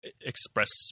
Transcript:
express